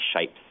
shapes